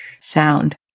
sound